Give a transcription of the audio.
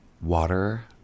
water